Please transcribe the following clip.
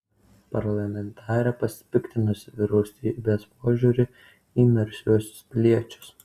parlamentarė pasipiktinusi vyriausybės požiūriu į narsiuosius piliečius